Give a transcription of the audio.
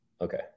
Okay